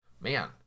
Man